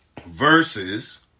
versus